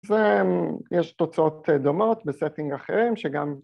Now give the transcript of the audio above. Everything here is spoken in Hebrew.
‫אז יש תוצאות דומות בסטינג אחרים שגם...